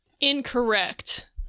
incorrect